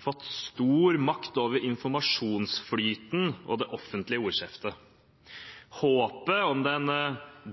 fått stor makt over informasjonsflyten og det offentlige ordskiftet. Håpet om den